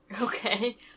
Okay